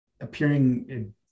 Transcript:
appearing